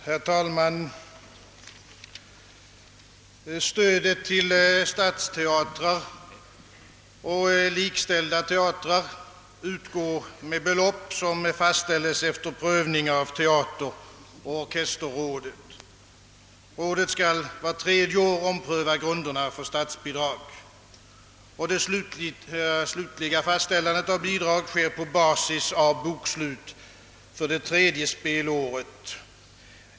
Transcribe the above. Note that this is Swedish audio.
Herr talman! Stödet till stadsteatrar och därmed likställda teatrar utgår med belopp som fastställes efter prövning av teateroch orkesterrådet. Rådet skall vart tredje år ompröva grunderna för statsbidraget, och det slutliga fastställandet av detsamma sker på basis av bokslut för det tredje spelåret.